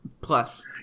plus